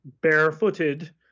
barefooted